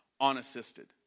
unassisted